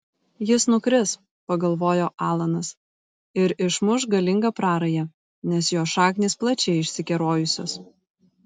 jis nukris pagalvojo alanas ir išmuš galingą prarają nes jo šaknys plačiai išsikerojusios